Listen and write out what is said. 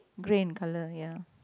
grey in colour ya